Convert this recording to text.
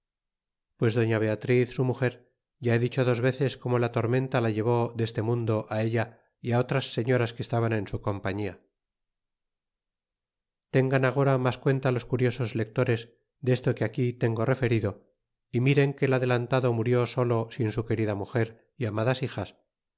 piles doña beatriz su muger ya he dicho di a veces como la tormenta la llevó deste mundo ella y otras señoras que estaban en su compañia tengan agora mas cuenta los curiosos lectores desto que aquí tengo referido y miren que el adelantado murió solo sin su querida inuger y amadas hijas